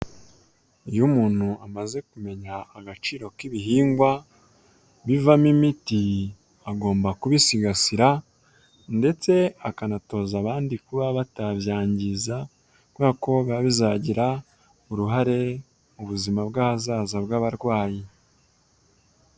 Iyo umuntu amaze kumenya agaciro k'ibihingwa bivamo imiti agomba kubisigasira ndetse akanatoza abandi kuba batabyangiza kubera ko biba bizagira uruhare mu buzima bw'ahazaza bw'abarwayi.